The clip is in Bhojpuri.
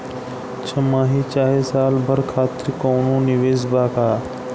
छमाही चाहे साल भर खातिर कौनों निवेश बा का?